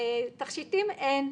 תכשיטים אין,